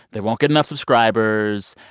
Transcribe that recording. they won't get enough subscribers.